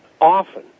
often